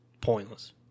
pointless